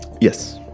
Yes